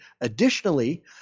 Additionally